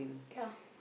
ya